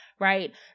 Right